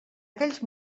aquells